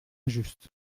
injuste